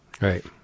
Right